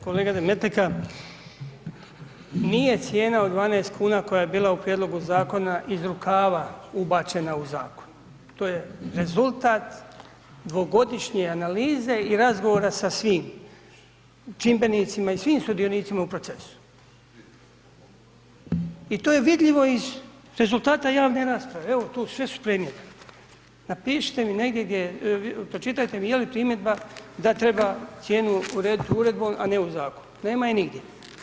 Kolega Demetlika, nije cijena od 12,00 kn koja je bila u prijedlogu zakona iz rukava ubačena u zakon, to je rezultat dvogodišnje analize i razgovora sa svim čimbenicima i svim sudionicima u procesu i to je vidljivo iz rezultata javne rasprave, evo tu sve su primjedbe, napišite mi negdje gdje je, pročitajte mi je li primjedba da treba cijenu uredit uredbom, a ne u zakonu, nema je nigdje.